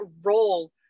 role